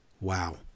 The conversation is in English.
Wow